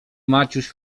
maciuś